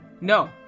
No